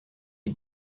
you